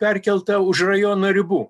perkelta už rajono ribų